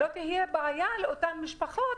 שלא תהיה בעיה לאותן משפחות,